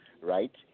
right